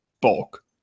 bulk